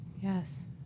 Yes